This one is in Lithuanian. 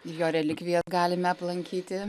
jo relikvijas galime aplankyti